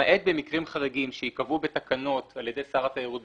למעט במקרים חריגים שייקבעו בתקנות על ידי שר התיירות,